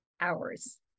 hours